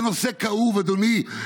זה נושא כאוב, אדוני.